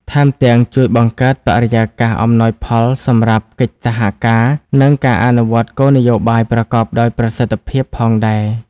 ថែមទាំងជួយបង្កើតបរិយាកាសអំណោយផលសម្រាប់កិច្ចសហការ និងការអនុវត្តគោលនយោបាយប្រកបដោយប្រសិទ្ធភាពផងដែរ។